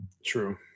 true